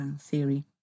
theory